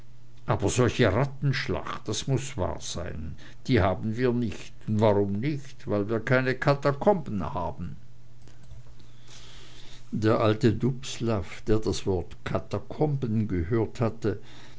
aber solche rattenschlacht das muß wahr sein die haben wir nicht und warum nicht weil wir keine katakomben haben der alte dubslav der das wort katakomben gehört hatte